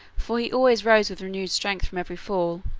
for he always rose with renewed strength from every fall,